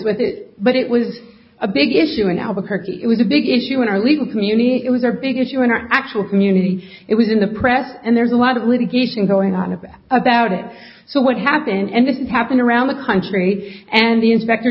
with it but it was a big issue in albuquerque it was a big issue in our legal community it was a big issue in our actual community it was in the press and there's a lot of litigation going on about it so what happened and it does happen around the country and the inspector